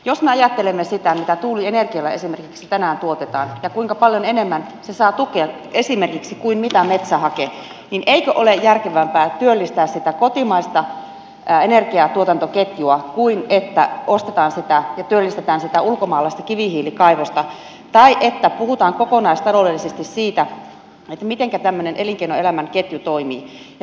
jos me ajattelemme mitä tuulienergialla esimerkiksi tänään tuotetaan ja kuinka paljon enemmän se saa tukea kuin esimerkiksi metsähake niin eikö ole järkevämpää työllistää sitä kotimaista energiantuotantoketjua kuin ostaa sitä ja työllistää sitä ulkomaalaista kivihiilikaivosta tai jos puhutaan kokonaistaloudellisesti siitä mitenkä tämmöinen elinkeinoelämän ketju toimii